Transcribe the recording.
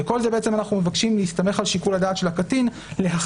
וכל זה אנחנו מבקשים להסתמך על שיקול הדעת של הקטין להחליט